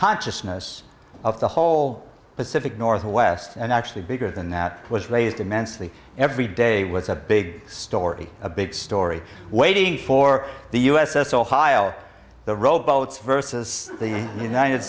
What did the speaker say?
consciousness of the whole pacific northwest and actually bigger than that was raised immensely every day was a big story a big story waiting for the u s s ohio the rowboats versus the united